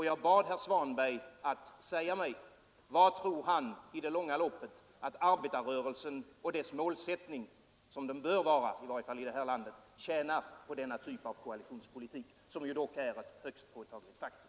Jag bad herr Svanberg säga mig vad han tror att arbetarrörelsen med den målsättning den har i det här landet i det långa loppet tjänar på denna typ av koalitionspolitik. Den är dock ett högst påtagligt faktum.